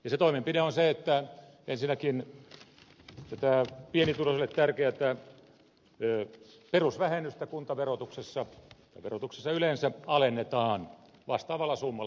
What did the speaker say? se toimenpide on se että ensinnäkin pienituloisille tärkeätä perusvähennystä kuntaverotuksessa tai verotuksessa yleensä alennetaan vastaavalla summalla